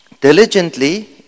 Diligently